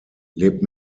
lebt